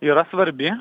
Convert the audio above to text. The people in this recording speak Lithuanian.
yra svarbi